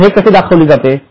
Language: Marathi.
आता हे कसे दाखविले जाते